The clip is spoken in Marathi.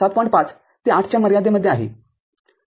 ५ ८ च्या मर्यादेमध्ये आहे ठीक आहे